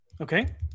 Okay